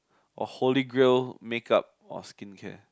or Holy Grail makeup or skincare